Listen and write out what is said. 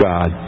God